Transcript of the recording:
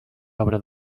obre